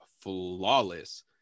flawless